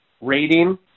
rating